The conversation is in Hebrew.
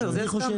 בסדר, לזה הסכמנו.